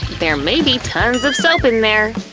there may be tons of soap in there,